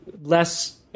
less